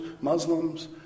Muslims